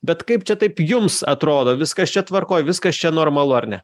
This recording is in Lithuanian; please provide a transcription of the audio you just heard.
bet kaip čia taip jums atrodo viskas čia tvarkoj viskas čia normalu ar ne